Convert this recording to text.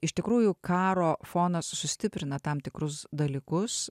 iš tikrųjų karo fonas sustiprina tam tikrus dalykus